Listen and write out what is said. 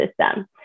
system